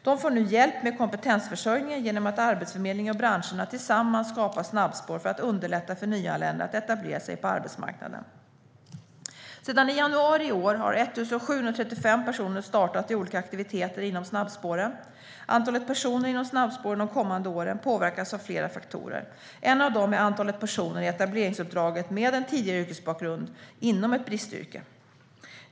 De får nu hjälp med kompetensförsörjningen genom att Arbetsförmedlingen och branscherna tillsammans skapar snabbspår för att underlätta för nyanlända att etablera sig på arbetsmarknaden. Sedan januari i år har 1 735 personer startat i olika aktiviteter inom snabbspåren. Antalet personer inom snabbspåren de kommande åren påverkas av flera faktorer. En av dem är antalet personer i etableringsuppdraget med en tidigare yrkesbakgrund inom ett bristyrke.